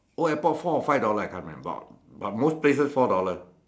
old airport four or five dollar I can't remember but most places four dollar